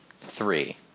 three